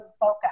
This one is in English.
Boca